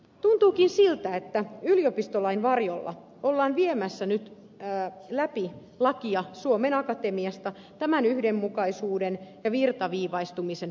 tuntuukin siltä että yliopistolain varjolla ollaan viemässä nyt läpi lakia suomen akatemiasta tämän yhdenmukaisuuden ja virtaviivaistumisen paineissa